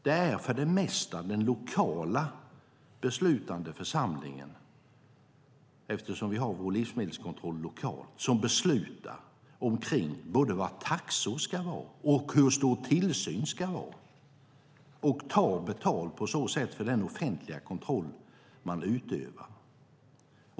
Det är för det mesta den lokala beslutande församlingen - eftersom vi har vår livsmedelskontroll lokalt - som beslutar både vad taxorna ska vara och hur stor tillsynen ska vara och på så sätt tar betalt för den offentlig kontroll som de utövar.